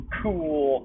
cool